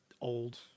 old